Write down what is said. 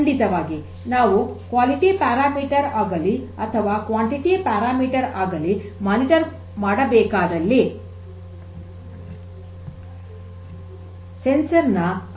ಖಂಡಿತವಾಗಿ ನಾವು ಗುಣಮಟ್ಟದ ನಿಯತಾಂಕ ಆಗಲಿ ಅಥವಾ ಪ್ರಮಾಣ ನಿಯತಾಂಕ ಆಗಲಿ ಮೇಲ್ವಿಚಾರಣೆ ಮಾಗಬೇಕಾದಲ್ಲಿ ಸಂವೇದಕಗಳ ಅವಶ್ಯಕತೆ ಇದೆ